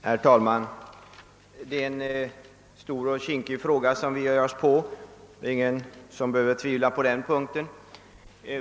Herr talman! Det är en stor och kinkig fråga som vi nu ger oss in på; det är ingen som behöver tvivla på den punkten.